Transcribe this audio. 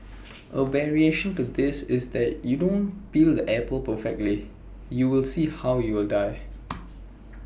A variation to this is that if you don't peel the apple perfectly you will see how you die